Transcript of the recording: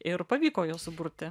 ir pavyko juos suburti